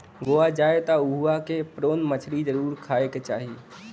गोवा जाए त उहवा के प्रोन मछरी जरुर खाए के चाही